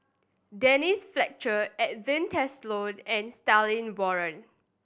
Denise Fletcher Edwin Tessensohn and Stanley Warren